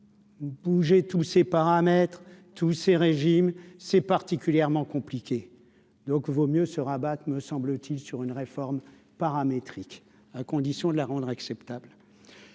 bouger tous ces paramètres, tous ces régimes, c'est particulièrement compliqué, donc vaut mieux se rabattre, me semble-t-il, sur une réforme paramétrique, à condition de la rendre acceptable